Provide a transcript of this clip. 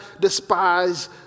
despise